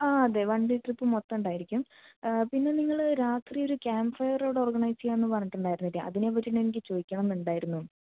ആ അതെ one day trip മൊത്തമുണ്ടായിരിക്കും പിന്നെ നിങ്ങൾ രാത്രിയൊരു ക്യാമ്പ് ഫയർ ഓർഗനൈസ് ചെയ്യാമെന്ന് പറഞ്ഞിട്ടുണ്ടായിരുന്നില്ലേ അതിനെ പറ്റിയെനിക്ക് ചോദിക്കണമെന്നുണ്ടായിരുന്നു